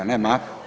Nema.